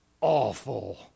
awful